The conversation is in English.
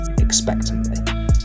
expectantly